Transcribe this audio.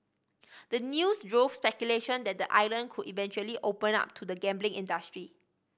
the news drove speculation that the island could eventually open up to the gambling industry